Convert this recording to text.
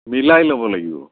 মিলাই ল'ব লাগিব